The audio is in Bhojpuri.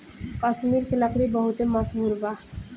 कश्मीर के लकड़ी बहुते मसहूर बा